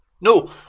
No